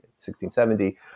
1670